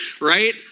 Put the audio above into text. right